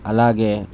అలాగే